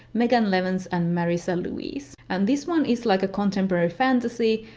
megan levens, and marissa louise. and this one is like a contemporary fantasy,